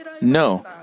No